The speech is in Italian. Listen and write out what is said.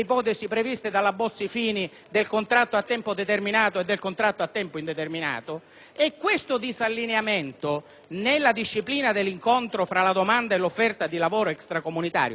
nella disciplina dell'incontro fra la domanda e l'offerta di lavoro extracomunitario determina contenzioso sull'accertamento della titolarità e della legittimità della permanenza all'interno del territorio dello Stato.